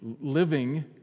Living